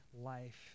life